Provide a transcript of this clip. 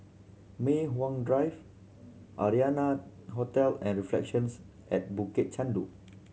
Mei Hwan Drive Arianna Hotel and Reflections at Bukit Chandu